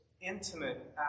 intimate